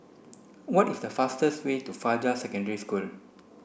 what is the fastest way to Fajar Secondary School